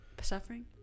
suffering